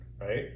right